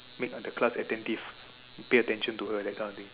make the class attentive pay attention to her that kinda thing